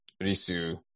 Risu